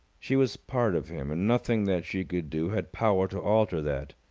she was part of him, and nothing that she could do had power to alter that.